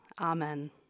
amen